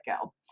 go